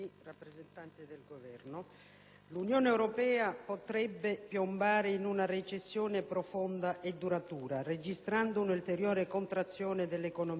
l'Unione europea potrebbe piombare in una recessione profonda e duratura, registrando un'ulteriore contrazione dell'economia e della disoccupazione.